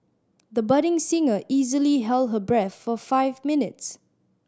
the budding singer easily held her breath for five minutes